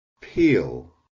peel